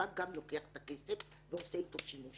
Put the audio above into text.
הבנק גם לוקח את הכסף ועושה איתו שימוש.